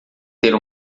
ter